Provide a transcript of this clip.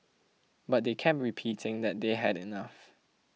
but they kept repeating that they had enough